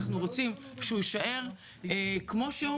אנחנו רוצים שהוא יישאר כמו שהוא,